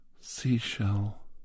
seashell